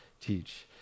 teach